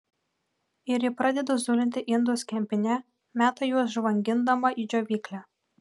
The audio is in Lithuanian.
ir ji pradeda zulinti indus kempine meta juos žvangindama į džiovyklę